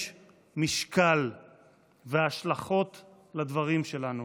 יש משקל והשלכות לדברים שלנו.